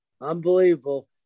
Unbelievable